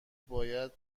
باید